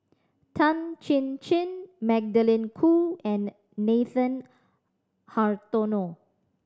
Tan Chin Chin Magdalene Khoo and Nathan Hartono